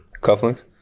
Cufflinks